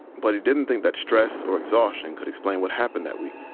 but he didn't think that stress or exhaustion could explain what happened that week